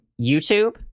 YouTube